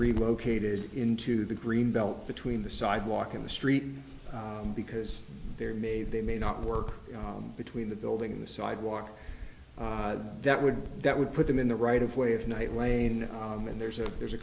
relocated into the greenbelt between the sidewalk and the street because there may they may not work between the building the sidewalk that would that would put them in the right of way of night lane and there's a there's a